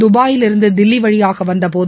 துபாயிலிருந்து தில்லி வழியாக வந்தபோது